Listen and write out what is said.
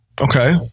Okay